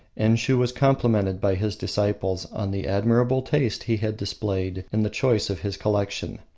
enshiu was complimented by his disciples on the admirable taste he had displayed in the choice of his collection.